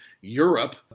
Europe